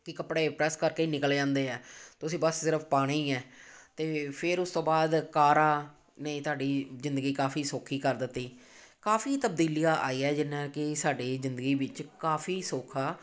ਕਿ ਕੱਪੜੇ ਪ੍ਰੈਸ ਕਰਕੇ ਨਿਕਲ ਆਉਂਦੇ ਹੈ ਤੁਸੀਂ ਬੱਸ ਸਿਰਫ ਪਾਣੇ ਹੀ ਹੈ ਅਤੇ ਫਿਰ ਉਸ ਤੋਂ ਬਾਅਦ ਕਾਰਾਂ ਨੇ ਤੁਹਾਡੀ ਜ਼ਿੰਦਗੀ ਕਾਫ਼ੀ ਸੌਖੀ ਕਰ ਦਿੱਤੀ ਕਾਫ਼ੀ ਤਬਦੀਲੀਆਂ ਆਈਆਂ ਜਿੰਨਾ ਕਿ ਸਾਡੀ ਜ਼ਿੰਦਗੀ ਵਿੱਚ ਕਾਫ਼ੀ ਸੌਖਾ